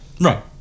right